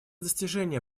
достижение